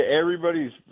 everybody's